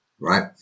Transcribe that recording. right